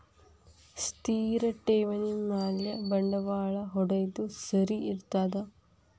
ಸ್ಥಿರ ಠೇವಣಿ ಮ್ಯಾಲೆ ಬಂಡವಾಳಾ ಹೂಡೋದು ಸರಿ ಇರ್ತದಾ?